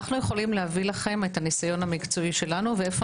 אנו יכולים להביא לכם את הניסיון המקצועי שלנו ואיפה